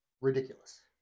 ridiculous